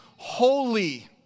holy